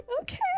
Okay